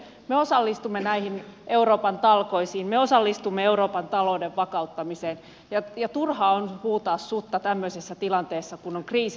me osallistumme näihin euroopan talkoisiin me osallistumme euroopan talouden vakauttamiseen ja turha on huutaa sutta tämmöisessä tilanteessa kun on kriisi päällä